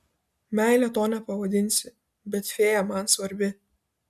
meile to nepavadinsi bet fėja man svarbi